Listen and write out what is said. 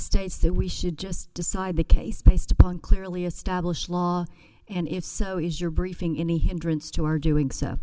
states that we should just decide the case based upon clearly established law and if so is your briefing any hindrance to our doing so